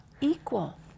equal